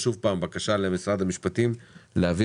תודה